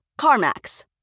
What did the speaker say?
CarMax